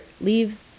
leave